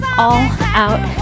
all-out